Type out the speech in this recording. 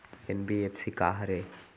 NBFC का हरे?